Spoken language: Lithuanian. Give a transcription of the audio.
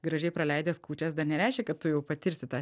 gražiai praleidęs kūčias dar nereiškia kad tu jau patirsi tą